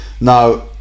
Now